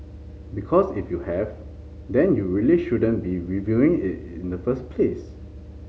because if you have then you really shouldn't be reviewing it in the first place